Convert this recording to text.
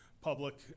public